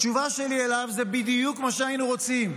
התשובה שלי אליו: זה בדיוק מה שהיינו רוצים.